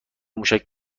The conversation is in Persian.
موشک